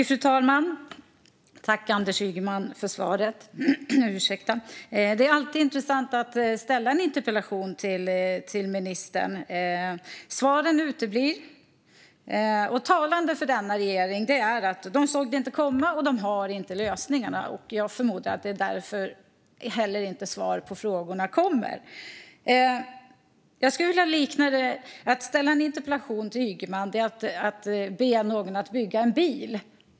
Fru talman! Tack, Anders Ygeman, för svaret! Det är alltid intressant att ställa en interpellation till ministern. Svaren uteblir. Talande för denna regering är att man inte såg det komma och att man inte har lösningarna. Jag förmodar att det är därför det heller inte kommer svar på frågorna. Jag skulle vilja göra en liknelse. Att ställa en interpellation till Ygeman är som att be någon att bygga en bil.